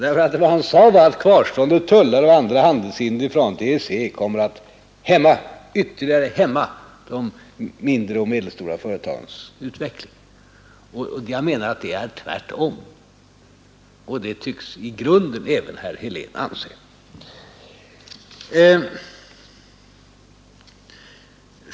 Vad han sade var att kvarstående tullar och andra handelshinder i förhållande till EEC kommer att ytterligare hämma de mindre och medelstora företagens utveckling. Jag menar att det är tvärtom, och det tycks i grunden även herr Helén anse.